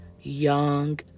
young